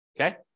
Okay